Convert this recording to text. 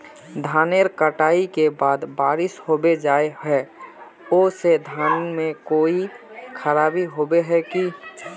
धानेर कटाई के बाद बारिश होबे जाए है ओ से धानेर में कोई खराबी होबे है की?